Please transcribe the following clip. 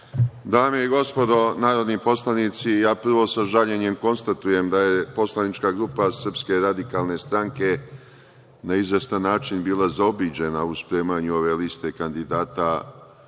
Dame i gospodo narodni poslanici, prvo sa žaljenjem konstatujem da je poslanička grupa SRS na izvestan način bila zaobiđena u spremanju ove liste kandidata